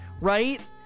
right